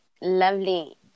Lovely